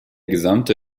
gesamte